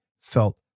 felt